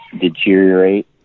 deteriorate